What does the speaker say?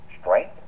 strength